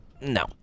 No